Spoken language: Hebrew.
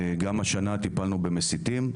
גם השנה טיפלנו במסיתים,